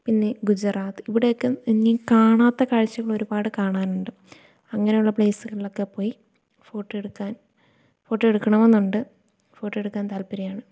പിന്നെ ഗുജറാത്ത് ഇവിടെയൊക്കെ ഇനിം കാണാത്ത കാഴ്ചകൾ ഒരുപാട് കാണാനുണ്ട് അങ്ങനുള്ള പ്ലേസുകളിലൊക്കെ പോയി ഫോട്ടോ എടുക്കാൻ ഫോട്ടോ എടുക്കണമെന്നുണ്ട് ഫോട്ടോ എടുക്കാൻ താൽപര്യമാണ്